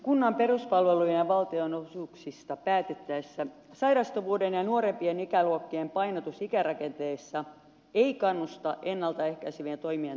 kunnan peruspalveluista ja valtionosuuksista päätettäessä sairastavuuden ja nuorempien ikäluokkien painotus ikärakenteessa ei kannusta ennalta ehkäisevien toimien tehostamiseen